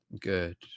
good